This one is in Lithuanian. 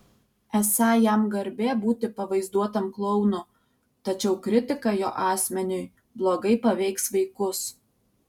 esą jam garbė būti pavaizduotam klounu tačiau kritika jo asmeniui blogai paveiks vaikus